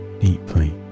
deeply